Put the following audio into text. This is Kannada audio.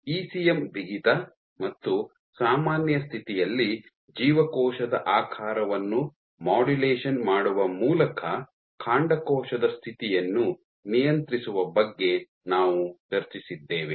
ಇಸಿಎಂ ಬಿಗಿತ ಮತ್ತು ಸಾಮಾನ್ಯ ಸ್ಥಿತಿಯಲ್ಲಿ ಜೀವಕೋಶದ ಆಕಾರವನ್ನು ಮಾಡ್ಯುಲೇಷನ್ ಮಾಡುವ ಮೂಲಕ ಕಾಂಡಕೋಶದ ಸ್ಥಿತಿಯನ್ನು ನಿಯಂತ್ರಿಸುವ ಬಗ್ಗೆ ನಾವು ಚರ್ಚಿಸಿದ್ದೇವೆ